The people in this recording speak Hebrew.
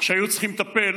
שהיו צריכים לטפל